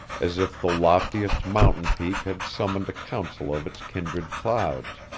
as if the loftiest mountain peak had summoned a council of its kindred clouds.